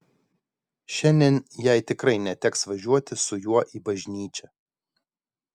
šiandien jai tikrai neteks važiuoti su juo į bažnyčią